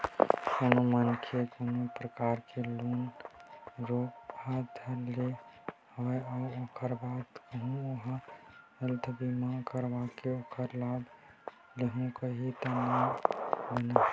कोनो मनखे ल कोनो परकार के रोग ह धर ले हवय अउ ओखर बाद कहूँ ओहा हेल्थ बीमा करवाके ओखर लाभ लेहूँ कइही त नइ बनय न